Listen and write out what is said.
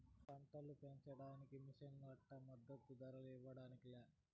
పంటలు పెంచడానికి మిషన్లు అంట మద్దదు ధర ఇవ్వడానికి లే